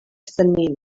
synnu